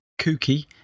kooky